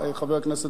חבר הכנסת בן-ארי,